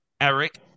Eric